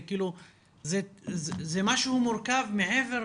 זה משהו מורכב מעבר